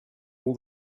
all